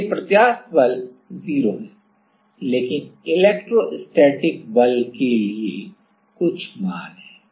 इसलिए प्रत्यास्थ बल 0 है लेकिन इलेक्ट्रोस्टैटिक बल के लिए कुछ मान है